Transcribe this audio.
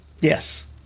Yes